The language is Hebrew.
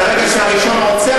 ברגע שהראשון עוצר,